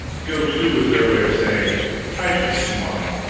go to was their way of saying i should smile!